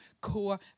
core